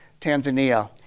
Tanzania